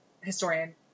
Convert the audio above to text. historian